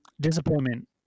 Disappointment